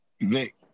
Vic